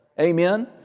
Amen